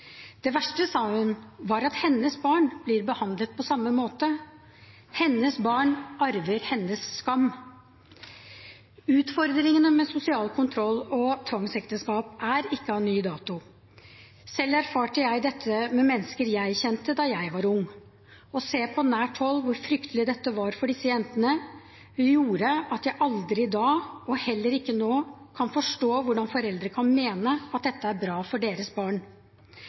Det verste, sa hun, var at hennes barn blir behandlet på samme måte. Hennes barn «arver» hennes «skam». Utfordringene med sosial kontroll og tvangsekteskap er ikke av ny dato. Selv erfarte jeg dette med mennesker jeg kjente, da jeg var ung. Å se på nært hold hvor fryktelig dette var for disse jentene, gjorde at jeg aldri kunne forstå da, og heller ikke kan forstå nå hvordan foreldre kan mene at dette er bra for sine barn.